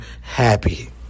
happy